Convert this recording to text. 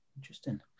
Interesting